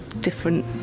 different